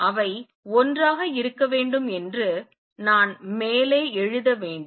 அவை I ஆக இருக்க வேண்டும் என்று நான் மேலே எழுத வேண்டும்